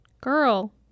Girl